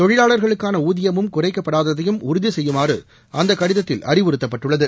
தொழிலாளர்களுக்கான ஊதியமும் குறைக்கப்படாததையும் உறுதி செய்யுமாறு அந்த கடிதத்தில் அறிவுறுத்தப்பட்டுள்ளது